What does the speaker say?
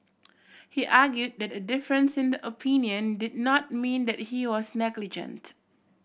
he argued that a difference in the opinion did not mean that he was negligent